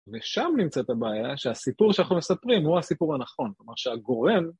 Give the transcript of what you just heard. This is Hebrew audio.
ושם נמצאת הבעיה, שהסיפור שאנחנו מספרים הוא הסיפור הנכון, כלומר שהגורם